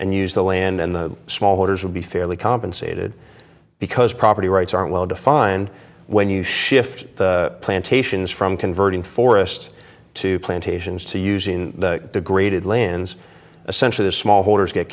and use the land and the small holders will be fairly compensated because property rights are well defined when you shift the plantations from converting forest to plantations to using the graded lands essential to small holders get